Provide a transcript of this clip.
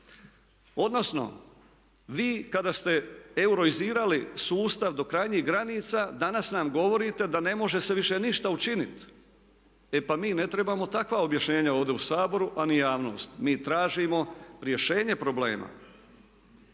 Odnosno vi kada ste euroizirali sustav do krajnjih granica. Danas nam govorite da ne može se viša ništa učiniti. E pa mi ne trebamo takva objašnjenja ovdje u Saboru, a ni javnost. Mi tražimo rješenje problema.